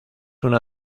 una